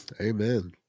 Amen